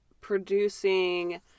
producing